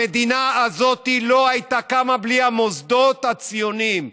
המדינה הזאת לא הייתה קמה בלי המוסדות הציוניים,